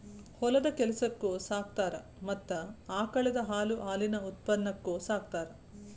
ಹೊಲದ ಕೆಲಸಕ್ಕು ಸಾಕತಾರ ಮತ್ತ ಆಕಳದ ಹಾಲು ಹಾಲಿನ ಉತ್ಪನ್ನಕ್ಕು ಸಾಕತಾರ